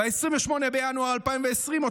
ב-28 בינואר 2020,